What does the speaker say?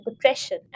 depression